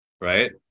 right